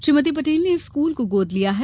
श्रीमती पटेल ने इस स्कूल को गोद लिया है